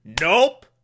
Nope